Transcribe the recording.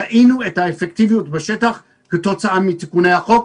וראינו את האפקטיביות בשטח כתוצאה מתיקוני החוק.